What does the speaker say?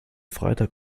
freitag